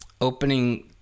opening